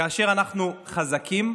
כאשר אנחנו חזקים,